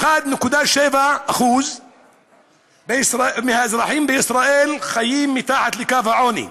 21.7% מהאזרחים בישראל חיים מתחת לקו העוני,